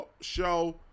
show